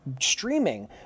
streaming